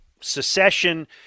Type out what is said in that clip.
secession